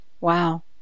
Wow